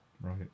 Right